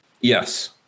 Yes